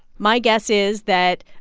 my guess is that,